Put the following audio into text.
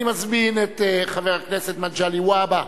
אני מזמין את חבר הכנסת מגלי והבה,